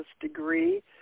degree